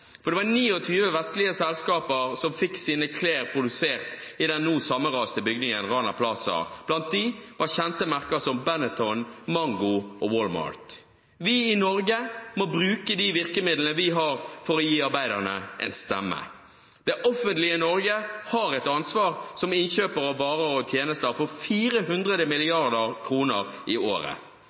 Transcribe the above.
Det var 29 vestlige selskaper som fikk sine klær produsert i den nå sammenraste bygningen Rana Plaza. Blant dem var kjente merker som Benetton, Mango og Walmart. Vi i Norge må bruke de virkemidlene vi har for å gi arbeiderne en stemme. Det offentlige Norge har et ansvar som innkjøpere av varer og tjenester for 400 mrd. kr i året.